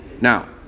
Now